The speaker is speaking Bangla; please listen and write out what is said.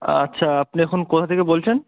আচ্ছা আপনি এখন কোথা থেকে বলছেন